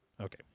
Okay